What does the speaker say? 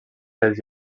dels